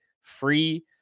free